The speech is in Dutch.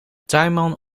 tuinman